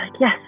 yes